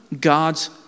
God's